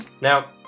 Now